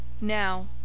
now